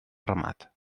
ramat